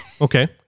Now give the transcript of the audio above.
Okay